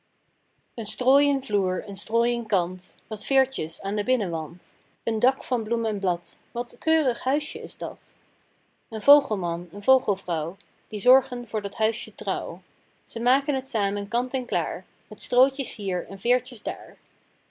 een strooien vloer een strooien kant wat veertjes aan den binnenwand een dak van bloem en blad wat keurig huisje is dat een vogelman een vogelvrouw die zorgen voor dat huisje trouw ze maken t samen kant en klaar met strootjes hier en veertjes daar